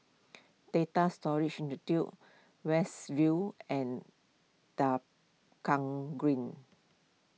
Data Storage Institute West View and Tua Kong Green